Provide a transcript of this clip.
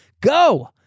go